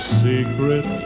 secret